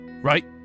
right